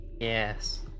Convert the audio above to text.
Yes